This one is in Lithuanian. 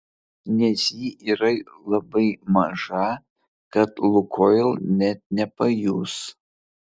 nes ji yra labai maža kad lukoil net nepajus